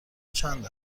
چند